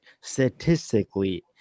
statistically